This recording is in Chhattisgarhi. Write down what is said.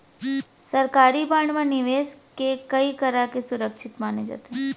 सरकारी बांड म निवेस के करई ह सुरक्छित माने जाथे